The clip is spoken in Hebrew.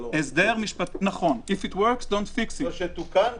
אל תתקן אותו.